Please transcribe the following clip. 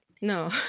No